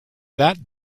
that